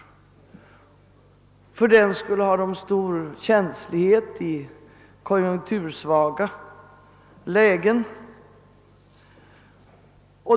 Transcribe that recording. Därför har de stor känslighet i konjunktursvaga lägen.